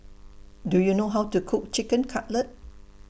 Do YOU know How to Cook Chicken Cutlet